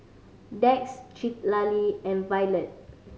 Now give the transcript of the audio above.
Dax Citlali and Violet